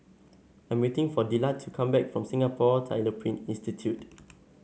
I'm waiting for Dillard to come back from Singapore Tyler Print Institute